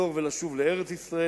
לחזור ולשוב לארץ-ישראל,